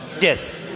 Yes